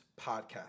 podcast